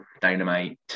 Dynamite